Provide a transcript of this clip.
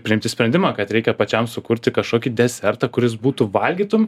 priimti sprendimą kad reikia pačiam sukurti kažkokį desertą kuris būtų valgytum